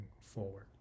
forward